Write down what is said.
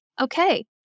okay